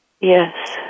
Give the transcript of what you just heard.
Yes